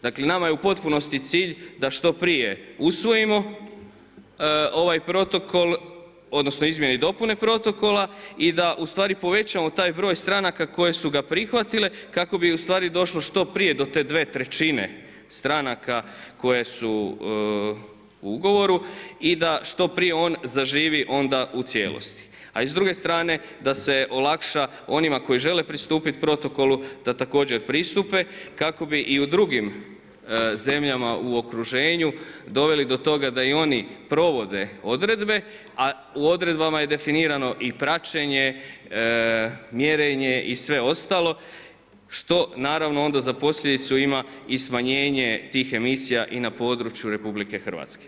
Dakle, nama je u potpunosti cilj da što prije usvojimo ovaj protokol odnosno izmjene i dopune protokola i da povećamo taj broj stranka koje su ga prihvatile kako bi došlo što prije do te dvije trećine stranaka koje su u ugovoru i da što prije on zaživi u cijelosti, a i s druge strane da se olakša onima koji žele pristupiti protokolu da također pristupe kako bi i u drugim zemljama u okruženju doveli do toga da i oni provode, a u odredbama je definirano i praćenje, mjerenje i sve ostalo što naravno onda za posljedicu ima i smanjenje tih emisija i na području RH.